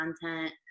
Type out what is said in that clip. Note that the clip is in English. content